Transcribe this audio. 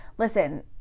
listen